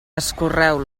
escorreu